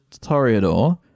Toreador